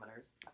parameters